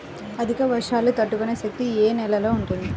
అధిక వర్షాలు తట్టుకునే శక్తి ఏ నేలలో ఉంటుంది?